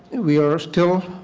we are still